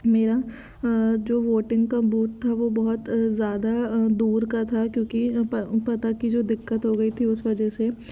मेरा जो वोटिंग का बूथ था वो बहुत ज़्यादा दूर का था क्योंकि पता की जो दिक्कत हो गई थी उस वजह से